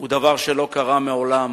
הוא דבר שלא קרה מעולם